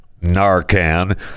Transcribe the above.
narcan